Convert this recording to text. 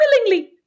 willingly